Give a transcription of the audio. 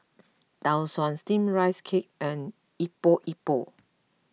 Tau Suan Steamed Rice Cake and Epok Epok